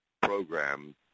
programs